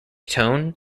tone